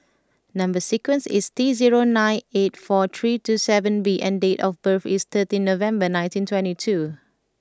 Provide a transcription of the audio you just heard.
number sequence is T zero nine eight four three two seven B and date of birth is thirteen November nineteen twenty two